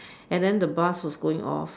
and then the bus was going off